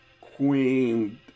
Queen